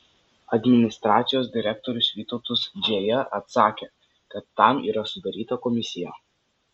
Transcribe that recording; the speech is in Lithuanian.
administracijos direktorius vytautas džėja atsakė kad tam yra sudaryta komisija